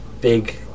big